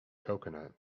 coconut